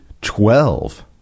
twelve